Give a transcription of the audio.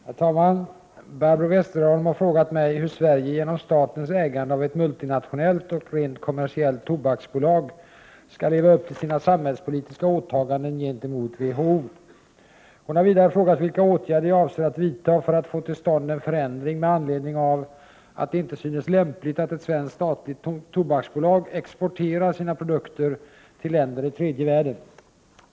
Herr talman! Barbro Westerholm har frågat mig hur Sverige genom statens ägande av ett multinationellt och rent kommersiellt tobaksbolag skall leva upp till sina samhällspolitiska åtaganden gentemot WHO. Hon har vidare frågat vilka åtgärder jag avser att vidta för att få till stånd en förändring med anledning av att det inte synes lämpligt att ett svenskt statligt tobaksbolag exporterar sina produkter till länder i tredje världen.